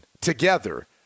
together